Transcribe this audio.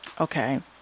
Okay